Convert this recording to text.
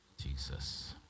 jesus